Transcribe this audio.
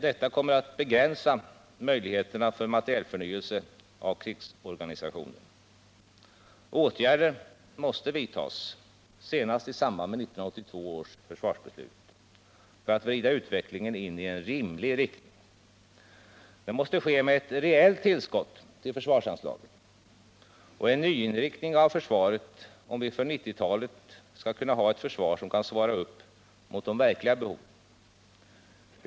Detta kommer att begränsa möjligheterna för materielförnyelse av krigsorganisationen. Åtgärder måste vidtas, senast i samband med 1982 års försvarsbeslut, för att vrida utvecklingen in i en rimlig riktning. Det måste ske ett reellt tillskott till försvarsanslagen och en nyinriktning av försvaret, om vi för 1990-talet skall kunna ha ett försvar som kan motsvara de verkliga behoven.